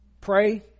Pray